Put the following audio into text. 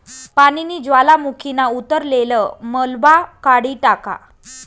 पानीनी ज्वालामुखीना उतरलेल मलबा काढी टाका